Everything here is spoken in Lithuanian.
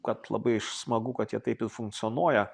kad labai smagu kad jie taip ir funkcionuoja